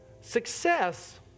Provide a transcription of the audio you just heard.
Success